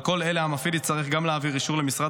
על כל אלה המפעיל יצטרך גם להעביר אישור למשרד